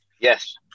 Yes